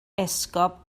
esgob